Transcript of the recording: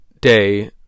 day